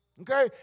Okay